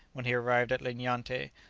when he arrived at linyante,